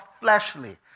fleshly